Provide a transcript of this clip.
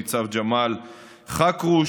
ניצב ג'מאל חכרוש.